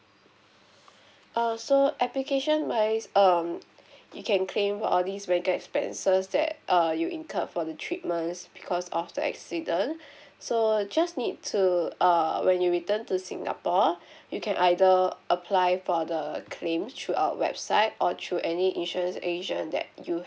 err so application wise um you can claim all of these medical expenses that err you incurred for the treatments because of the accident so just need to err when you return to singapore you can either apply for the claims through our website or through any insurance agent that you